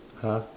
!huh!